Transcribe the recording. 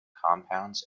compounds